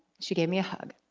she gave me a hug.